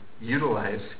Utilize